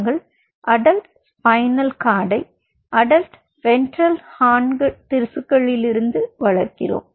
நாங்கள் adult spinal கார்டை adult ventral horn திசுக்களில் இருந்து வளர்க்கிறோம்